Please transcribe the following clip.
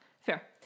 fair